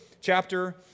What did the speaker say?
chapter